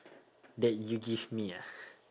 that you give me ah